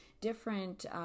different